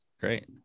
Great